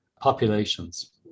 populations